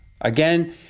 Again